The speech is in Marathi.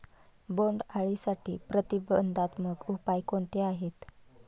बोंडअळीसाठी प्रतिबंधात्मक उपाय कोणते आहेत?